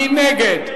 מי נגד?